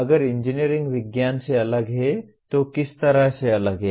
अगर इंजीनियरिंग विज्ञान से अलग है तो किस तरह से अलग है